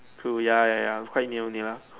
cool ya ya ya quite near only lah